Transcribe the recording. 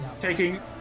taking